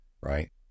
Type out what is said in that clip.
right